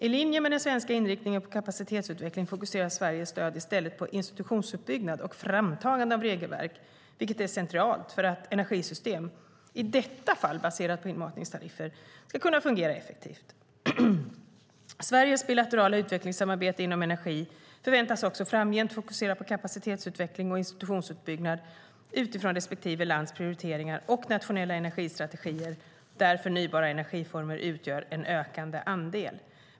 I linje med den svenska inriktningen på kapacitetsutveckling fokuserar Sveriges stöd i stället på institutionsuppbyggnad och framtagande av regelverk, vilket är centralt för att energisystem, i detta fall baserat på inmatningstariffer, ska kunna fungera effektivt. Sveriges bilaterala utvecklingssamarbete inom energi förväntas också framgent fokusera på kapacitetsutveckling och institutionsuppbyggnad utifrån respektive lands prioriteringar och nationella energistrategier, där förnybara energiformer utgör en ökande andel.